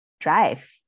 drive